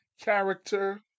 character